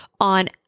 on